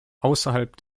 außerhalb